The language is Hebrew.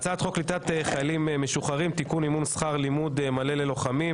הצעת חוק קליטת חיילים משוחררים (תיקון מימון שכר לימוד מלא ללוחמים),